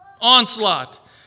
onslaught